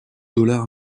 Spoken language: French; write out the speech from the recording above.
dollars